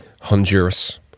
Honduras